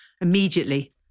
immediately